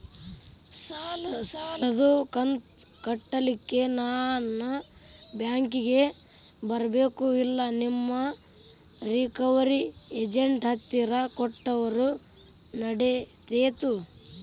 ಸಾಲದು ಕಂತ ಕಟ್ಟಲಿಕ್ಕೆ ನಾನ ಬ್ಯಾಂಕಿಗೆ ಬರಬೇಕೋ, ಇಲ್ಲ ನಿಮ್ಮ ರಿಕವರಿ ಏಜೆಂಟ್ ಹತ್ತಿರ ಕೊಟ್ಟರು ನಡಿತೆತೋ?